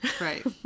Right